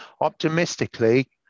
Optimistically